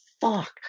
fuck